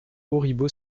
auribeau